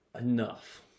enough